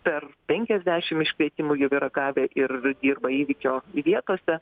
per penkiasdešim iškvietimų jau yra gavę ir dirba įvykio vietose